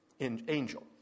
angel